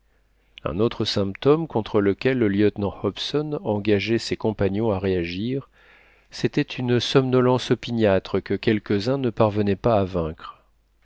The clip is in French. un autre symptôme contre lequel le lieutenant hobson engageait ses compagnons à réagir c'était une somnolence opiniâtre que quelques-uns ne parvenaient pas à vaincre